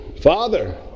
Father